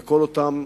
בכל אותם